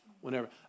whenever